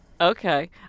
Okay